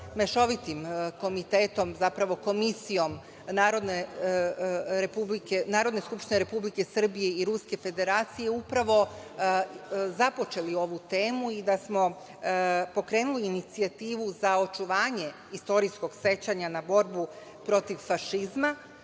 Mešovitim komitetom, zapravo Komisijom Narodne skupštine Republike Srbije i Ruske Federacije upravo započeli ovu temu i da smo pokrenuli inicijativu za očuvanje istorijskog sećanja na borbu protiv fašizma